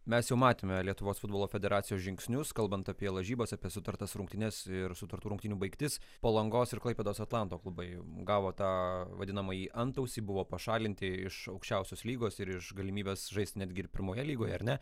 mes jau matėme lietuvos futbolo federacijos žingsnius kalbant apie lažybas apie sutartas rungtynes ir sutartų rungtynių baigtis palangos ir klaipėdos atlanto klubai gavo tą vadinamąjį antausį buvo pašalinti iš aukščiausios lygos ir iš galimybės žaist netgi ir pirmoje lygoje ar ne